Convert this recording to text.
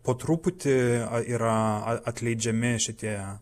po truputį yra atleidžiami šitie